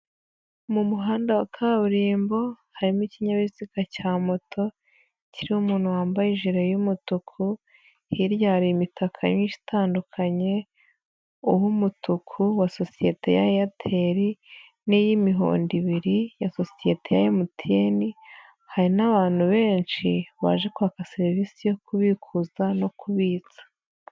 Mu muhanda wa kaburimbo harimo ikinyabiziga cya moto kiriho umuntu wambaye jiri y'umutuku hirya hari imitaka myinshi itandukanye uw'umutuku wa sosiyete ya airtel n'iy'imihodo ibiri ya sosiyete ya mtn, hari n'abantu benshi baje kwaka serivisi yo kubikuza no kubitsa.